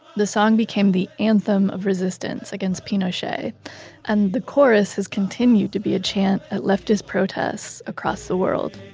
the song became the anthem of resistance against pinochet and the chorus has continued to be a chant at leftist protests across the world